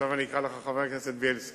עכשיו אני אקרא לך חבר הכנסת בילסקי,